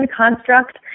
construct